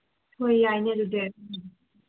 ꯍꯣꯏ ꯌꯥꯏꯅꯦ ꯑꯗꯨꯗꯤ